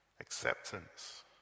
Acceptance